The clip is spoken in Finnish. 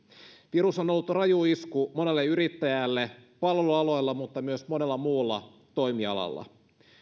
virus on ollut raju isku monelle yrittäjälle palvelualoilla mutta myös monella muulla toimialalla